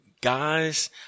Guys